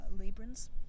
libran's